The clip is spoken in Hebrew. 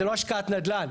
זה לא השקעת נדל"ן,